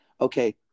okay